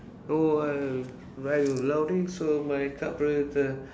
oh I my so my carburettor